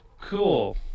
Cool